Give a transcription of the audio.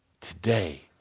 Today